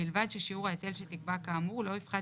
בלבד ששיעור ההיטל שתקבע כאמור לא יפחת